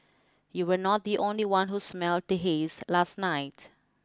you were not the only one who smelled the haze last night